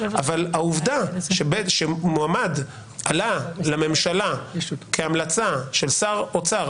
אבל העובדה שמועמד עלה לממשלה כהמלצה של שר אוצר,